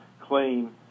claim